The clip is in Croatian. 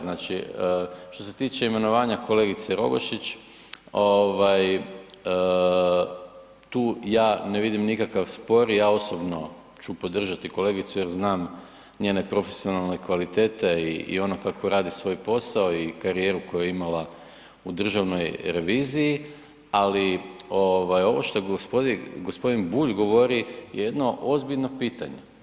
Znači što se tiče imenovanja kolegice Rogošić ovaj tu ja ne vidim nikakav spor, ja osobno ću podržati kolegicu jer znam njene profesionalne kvalitete i ono kako radi svoj posao i karijeru koju je imala u Državnoj reviziji, ali ovo što je g. Bulj govori je jedno ozbiljno pitanje.